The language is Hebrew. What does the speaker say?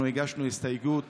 אנחנו הגשנו הסתייגות